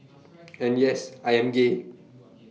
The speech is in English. and yes I am gay